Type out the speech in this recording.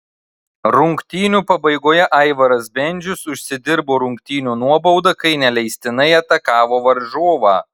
rungtynių pabaigoje aivaras bendžius užsidirbo rungtynių nuobaudą kai neleistinai atakavo varžovą